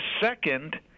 Second